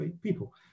people